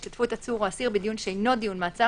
השתתפות עצור או אסיר בדיון שאינו דיון מעצר